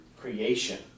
creation